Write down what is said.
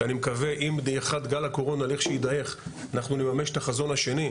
שאני מקווה עם דעיכת גל הקורונה אנחנו נממש את החזון השני,